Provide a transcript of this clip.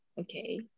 Okay